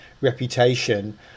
reputation